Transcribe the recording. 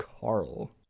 Carl